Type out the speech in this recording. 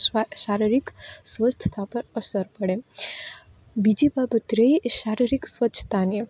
શારીરિક સ્વસ્થતા પર અસર પડે બીજી બાબતરે શારીરિક સ્વચ્છતાની